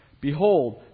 behold